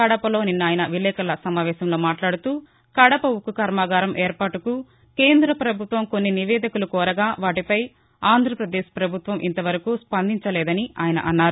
కడపలో నిన్న ఆయన విలేకరుల సమావేశంలో మాట్లాడుతూ కదప ఉక్కు కర్శాగారం ఏర్పాటుకు కేంద్ర పభుత్వం కొన్ని నివేదికలు కోరగా వాటిపై ఆంధ్రాపదేశ్ పభుత్వం ఇంత వరకు స్పందించలేదని ఆయన అన్నారు